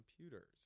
computers